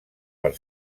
per